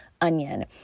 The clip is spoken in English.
onion